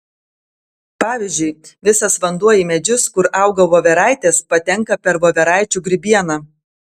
pavyzdžiui visas vanduo į medžius kur auga voveraitės patenka per voveraičių grybieną